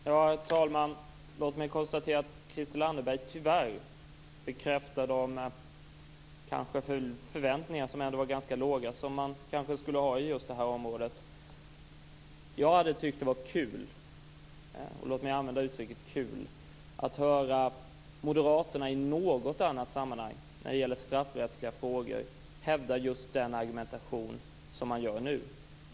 Herr talman! Låt mig konstatera att Christel Anderberg tyvärr bekräftar de ändå ganska låga förväntningar som man kanske skulle ha haft på just det här området. Jag hade tyckt att det hade varit kul - och låt mig använda uttrycket kul - att i något annat sammanhang när det gäller straffrättsliga frågor höra moderaterna hävda just den argumentation som man använder nu.